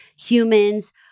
humans